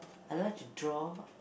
I like to draw